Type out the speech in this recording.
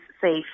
safe